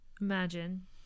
Imagine